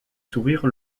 sourire